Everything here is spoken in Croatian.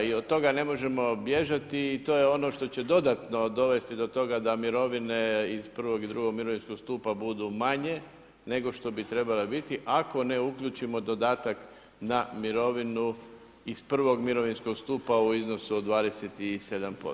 I od toga ne možemo bježati i to je ono što će dodatno dovesti do toga, da mirovine iz prvog i drugog mirovinskog stupa budu manje nego što bi trebale biti ako ne uključimo dodatak na mirovinu iz prvog mirovinskog stupa u iznosu od 27%